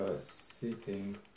Sitting